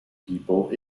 people